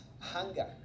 hunger